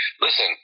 listen